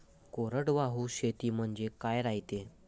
कोरडवाहू शेती म्हनजे का रायते?